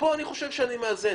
פה אני חושב שאני מאזן.